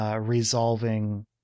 Resolving